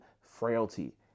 frailty